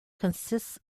consists